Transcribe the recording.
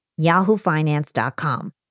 yahoofinance.com